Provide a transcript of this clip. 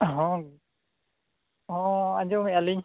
ᱦᱮᱸ ᱦᱮᱸ ᱟᱸᱡᱚᱢᱮᱜᱼᱟ ᱞᱤᱧ